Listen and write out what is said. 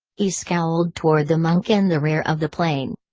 he scowled toward the monk in the rear of the plane.